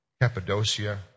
Cappadocia